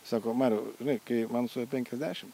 sako mariau žinai kai man suėjo penkiasdešimt